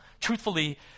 truthfully